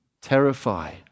terrify